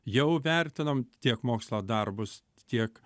jau vertinom tiek mokslo darbus tiek